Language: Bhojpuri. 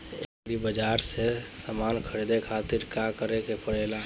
एग्री बाज़ार से समान ख़रीदे खातिर का करे के पड़ेला?